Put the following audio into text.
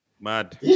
mad